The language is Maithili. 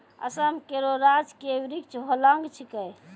असम केरो राजकीय वृक्ष होलांग छिकै